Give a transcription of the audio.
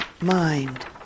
mind